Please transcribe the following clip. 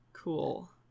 cool